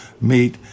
meet